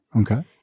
Okay